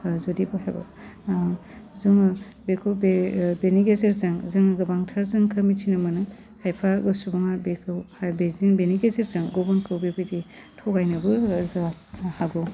जुदि बेहायबो जोङो बेखौ बे बेनि गेजेरजों जों गोबांथार जाहोनखो मिथिनो मोनो खायफा सुबुङा बेखौ आरो बेजों बेनि गेजेरजों गुबुनखौ बेबायदि थगायनोबो जा हागौ